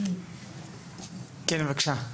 כן בבקשה.